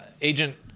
Agent